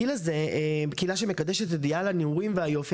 קהילה שמקדשת את אידיאל הנעורים והיופי,